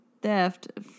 theft